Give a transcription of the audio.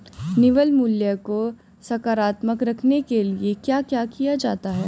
निवल मूल्य को सकारात्मक रखने के लिए क्या क्या किया जाता है?